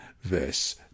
verse